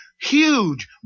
huge